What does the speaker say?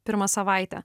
pirmą savaitę